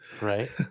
Right